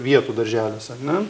vietų darželiuose ar ne